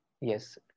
yes